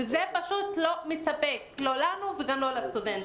וזה פשוט לא מספק לא לנו וגם לא לסטודנטים.